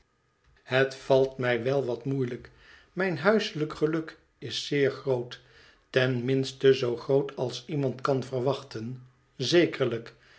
het valt mij wel wat moeielijk mijn huiselijk geluk is zeer groot ten minste zoo groot als iemand kan verwachten